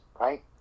right